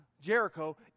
Jericho